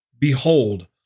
Behold